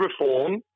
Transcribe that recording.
reform